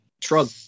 Trug